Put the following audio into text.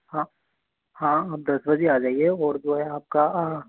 हाँ हाँ आप दस बजे आ जाइए और जो है आपका